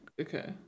Okay